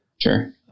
Sure